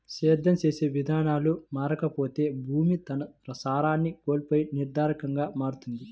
సేద్యం చేసే విధానాలు మారకపోతే భూమి తన సారాన్ని కోల్పోయి నిరర్థకంగా మారుతుంది